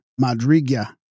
Madriga